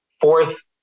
Fourth